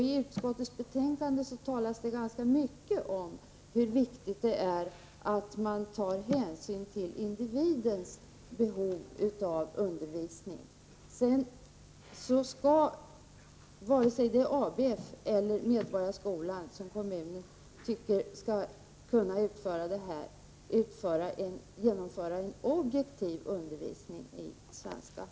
I utskottsbetänkandet talas det ganska mycket om hur viktigt det är att man tar hänsyn till individens behov av undervisning. Vare sig det är ABF eller Medborgarskolan som kommunen anser skall svara för denna svenskundervisning skall den genomföras på ett objektivt sätt.